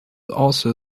also